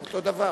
זה אותו דבר.